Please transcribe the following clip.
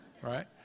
Right